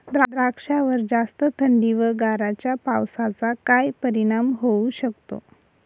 द्राक्षावर जास्त थंडी व गारांच्या पावसाचा काय परिणाम होऊ शकतो?